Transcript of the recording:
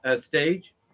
stage